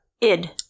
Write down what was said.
id